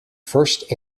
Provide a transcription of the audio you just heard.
first